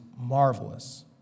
marvelous